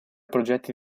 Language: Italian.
progetti